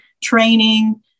training